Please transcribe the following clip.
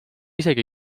isegi